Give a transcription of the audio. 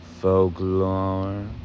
folklore